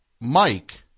Mike